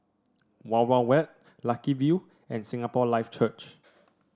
Wild Wild Wet Lucky View and Singapore Life Church